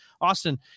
Austin